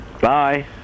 Bye